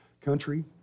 Country